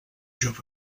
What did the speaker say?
jove